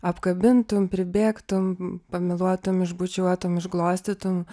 apkabintum pribėgtum pamyluotum išbučiuotum išglostytum